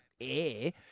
air